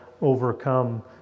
overcome